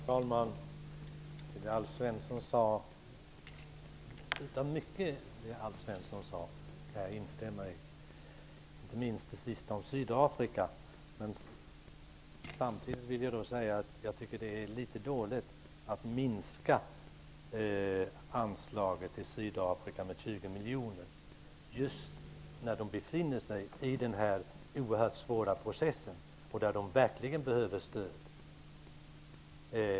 Herr talman! Jag kan instämma i mycket av det som Alf Svensson sade, inte minst det han sade om Sydafrika. Samtidigt vill jag säga att jag tycker att det är litet dåligt att minska anslaget till Sydafrika med 20 miljoner just när de befinner sig i denna svåra process och verkligen behöver stöd.